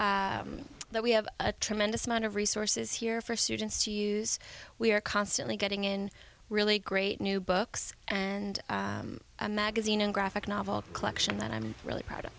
that we have a tremendous amount of resources here for students to use we are constantly getting in really great new books and a magazine and graphic novel collection that i'm really proud of